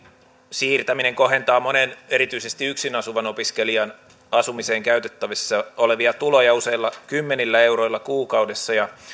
siirtäminen kohentaa monen erityisesti yksin asuvan opiskelijan asumiseen käytettävissä olevia tuloja useilla kymmenillä euroilla kuukaudessa ja